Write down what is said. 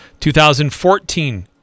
2014